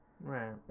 Right